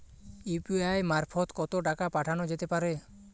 UPI মারফত কত টাকা পাঠানো যেতে পারে?